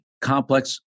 complex